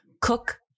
cook